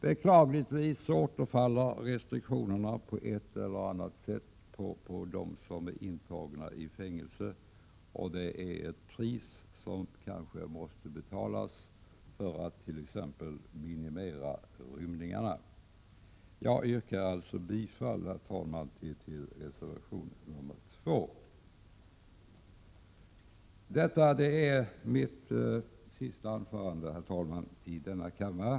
Beklagligtvis drabbar restriktionerna på ett eller annat sätt dem som är intagna i fängelse — ett pris som kanske måste betalas för att t.ex. antalet rymningar skall kunna minimeras. Jag yrkar bifall till reservation 2. Herr talman! Detta är mitt sista anförande i denna kammare.